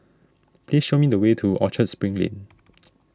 please show me the way to Orchard Spring Lane